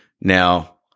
Now